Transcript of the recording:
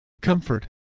comfort